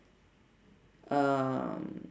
um